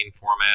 format